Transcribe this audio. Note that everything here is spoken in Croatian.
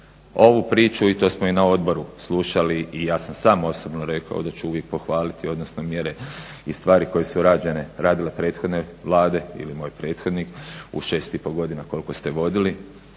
Ovu priču i to smo i na odboru slušali i ja sam sam osobno rekao da ću uvijek pohvaliti odnosno mjere i stvari koje su rađene, radile prethodne Vlade ili moj prethodnik u 6,5 godina koliko ste vodili